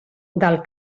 del